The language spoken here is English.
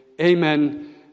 Amen